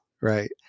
Right